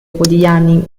quotidiani